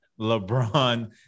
LeBron